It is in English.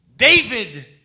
David